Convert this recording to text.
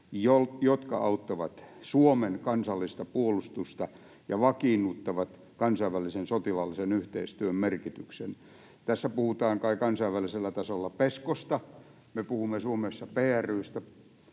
jotka auttavat Suomen kansallista puolustusta ja vakiinnuttavat kansainvälisen sotilaallisen yhteistyön merkityksen. Tässä puhutaan kai kansainvälisellä tasolla PESCOsta, me puhumme Suomessa PRY:stä,